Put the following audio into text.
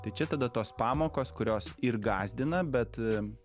tai čia tada tos pamokos kurios ir gąsdina bet